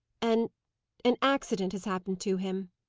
an an accident has happened to him.